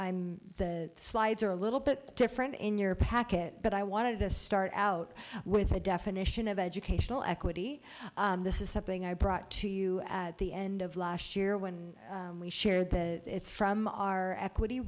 the slides are a little bit different in your packet but i wanted to start out with a definition of educational equity this is something i brought to you at the end of last year when we shared that it's from our equity